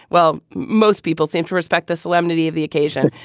well most people seem to respect the solemnity of the occasion.